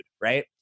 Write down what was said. right